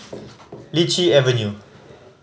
Lichi Avenue